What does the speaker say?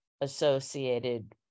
associated